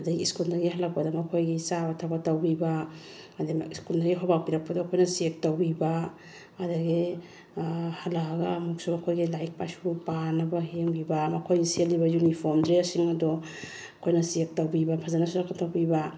ꯑꯗꯒꯤ ꯁ꯭ꯀꯨꯜꯗꯒꯤ ꯍꯜꯂꯛꯄꯗ ꯃꯈꯣꯏꯒꯤ ꯆꯥꯕ ꯊꯛꯄ ꯇꯧꯕꯤꯕ ꯑꯗꯩ ꯁ꯭ꯀꯨꯜꯗꯒꯤ ꯍꯣꯝꯋꯥꯛ ꯄꯤꯔꯛꯄꯗꯨ ꯑꯩꯈꯣꯏꯅ ꯆꯦꯛ ꯇꯧꯕꯤꯕ ꯑꯗꯒꯤ ꯍꯜꯂꯛꯑꯒ ꯑꯃꯨꯛꯁꯨ ꯑꯩꯈꯣꯏꯒꯤ ꯂꯥꯏꯔꯤꯛ ꯂꯥꯏꯁꯨ ꯄꯥꯅꯕ ꯃꯈꯣꯏꯅ ꯁꯦꯠꯂꯤꯕ ꯌꯨꯅꯤꯐꯣꯝ ꯗ꯭ꯔꯦꯁꯁꯤꯡ ꯑꯗꯣ ꯑꯩꯈꯣꯏꯅ ꯆꯦꯛ ꯇꯧꯕꯤꯕ ꯐꯖꯅ ꯁꯨꯗꯣꯛ ꯈꯣꯠꯇꯣꯛꯄꯤꯕ